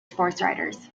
sportswriters